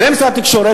ומשרד התקשורת,